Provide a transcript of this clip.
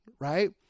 Right